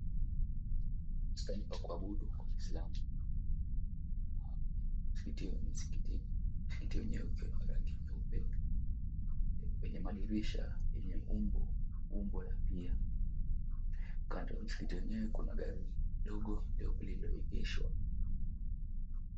Sehemu kwa kuabudu kwa Waislamu msikitini. Msikiti wenyewe umepakwa rangi nyeupe. Kwenye madirisha yenye umbo la pia. Kando ya msikiti wenyewe kuna gari dogo jeupe limeegeshwa.